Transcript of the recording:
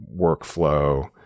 workflow